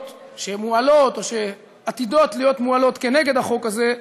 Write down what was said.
שמועלות או עתידות להיות מועלות כנגד החוק הזה,